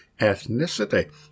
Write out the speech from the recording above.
ethnicity